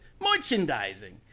Merchandising